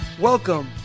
Welcome